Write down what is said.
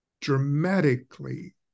dramatically